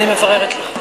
הבנתי, אוקיי.